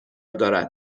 دارد